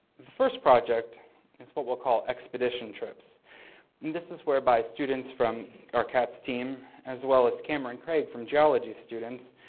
the first project is what we'll call expedition trips. and this is where by students from our cats team as well as cameron craig from geology students.